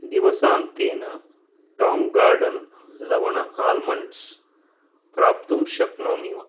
दिवसान्तेन Tong Garden लवण almonds प्राप्तुं शक्नोमि वा